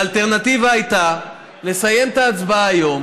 האלטרנטיבה הייתה לסיים את ההצבעה היום